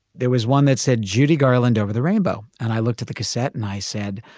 there was one that said judy garland over the rainbow. and i looked at the cassette and i said,